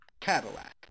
Cadillac